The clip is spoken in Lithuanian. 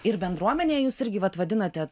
ir bendruomenę jūs irgi vat vadinate